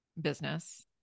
business